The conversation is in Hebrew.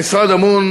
המשרד אמון